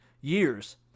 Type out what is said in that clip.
years